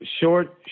short